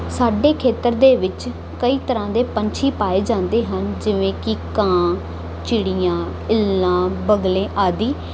ਸਾਡੇ ਖੇਤਰ ਦੇ ਵਿੱਚ ਕਈ ਤਰ੍ਹਾਂ ਦੇ ਪੰਛੀ ਪਾਏ ਜਾਂਦੇ ਹਨ ਜਿਵੇਂ ਕੀ ਕਾਂ ਚਿੜੀਆਂ ਇੱਲਾਂ ਬਗਲੇ ਆਦੀ